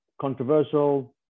controversial